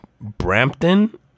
Brampton